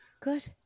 good